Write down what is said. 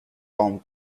tom